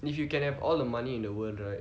and if you can have all the money in the world right